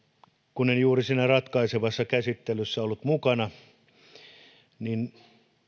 kun en juuri siinä ratkaisevassa käsittelyssä ollut mukana niin